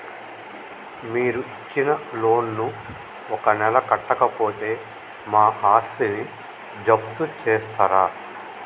మీరు ఇచ్చిన లోన్ ను ఒక నెల కట్టకపోతే మా ఆస్తిని జప్తు చేస్తరా?